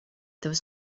there